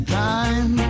time